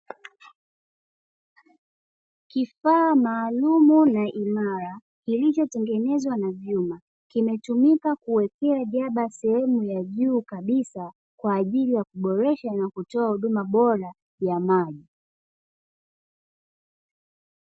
Kifaa maalumu na imara kilichotengenezwa na vyuma. Kimetumika kuwekea jaba sehemu ya juu kabisa, kwa ajili ya kuboresha na kutoa huduma bora ya maji.